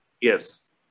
Yes